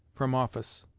from office.